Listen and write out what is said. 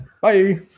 Bye